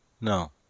no